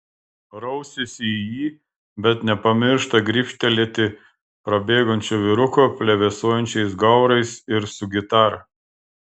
rausiasi į jį bet nepamiršta gribštelėti prabėgančio vyruko plevėsuojančiais gaurais ir su gitara